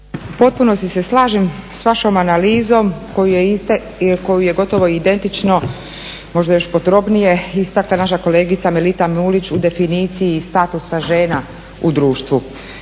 potpunosti ste slažem sa vašom analizom koju je gotovo identično, možda još podrobnije istakla naša kolegica Melita Mulić u definiciji statusa žena u društvu.